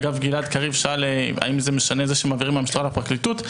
אגב גלעד קריב שאל האם זה משנה זה שמעבירים מהמשטרה לפרקליטות,